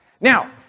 Now